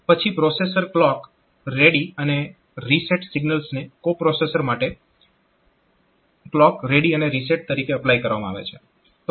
પછી processor clock ready અને reset સિગ્નલ્સને કો પ્રોસેસર માટે ક્લોક રેડી અને રીસેટ તરીકે એપ્લાય કરવામાં આવે છે